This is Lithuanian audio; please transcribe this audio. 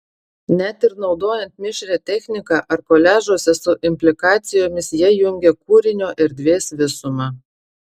net ir naudojant mišrią techniką ar koliažuose su implikacijomis jie jungia kūrinio erdvės visumą